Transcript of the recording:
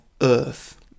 Earth